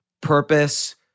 purpose